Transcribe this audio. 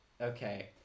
Okay